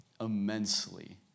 immensely